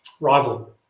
rival